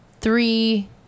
Three